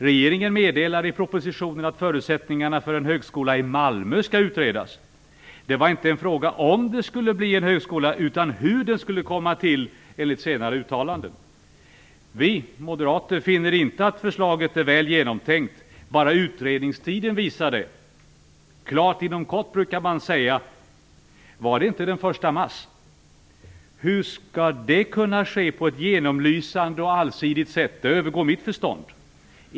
Regeringen meddelade i propositionen att förutsättningarna för en högskola i Malmö skall utredas. Det var inte en fråga om det skulle bli en högskola utan hur den skulle komma till, enligt senare uttalanden. Vi moderater finner inte att förslaget är väl genomtänkt. Bara utredningstiden visar det. Klart inom kort, brukar man säga. Vad det inte den 1 mars? Hur skall det kunna ske på ett genomlysande och allsidigt sätt? Det övergår mitt förstånd.